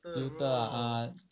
filter ah